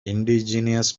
indigenous